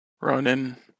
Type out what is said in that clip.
Ronan